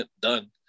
Done